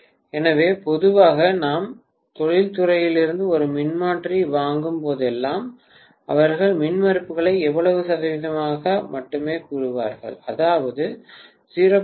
எனவே பொதுவாக நாம் தொழில்துறையிலிருந்து ஒரு மின்மாற்றி வாங்கும் போதெல்லாம் அவர்கள் மின்மறுப்புகளை இவ்வளவு சதவீதத்தை மட்டுமே கூறுவார்கள் அதாவது 0